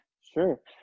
Sure